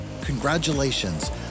Congratulations